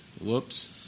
Whoops